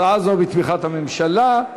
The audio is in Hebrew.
הצעה זו בתמיכת הממשלה.